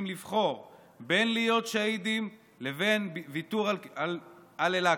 לבחור בין להיות שהידים לבין ויתור על אל-אקצא,